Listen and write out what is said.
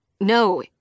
No